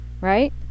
right